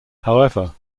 however